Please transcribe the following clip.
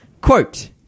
Quote